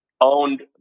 owned